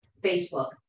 Facebook